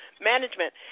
management